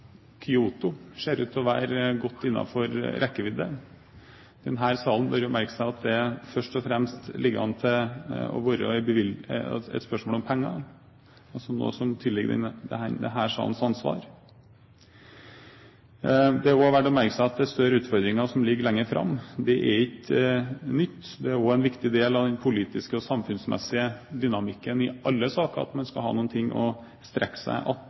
ser ut til å være godt innenfor rekkevidde. Denne salen bør merke seg at det først og fremst ser ut til å være et spørsmål om penger, altså noe som også er denne salens ansvar. Det er verdt å merke seg at det er større utfordringer som ligger lenger framme. Det er ikke noe nytt. Det er òg en viktig del av den politiske og samfunnsmessige dynamikken i alle saker, at man skal ha noe å strekke seg